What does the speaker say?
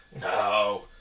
No